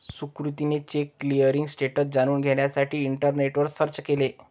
सुकृतीने check clearing status जाणून घेण्यासाठी इंटरनेटवर सर्च केले